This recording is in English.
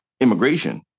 immigration